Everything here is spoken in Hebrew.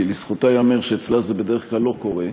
כי לזכותה יאמר שאצלה זה בדרך כלל לא קורה,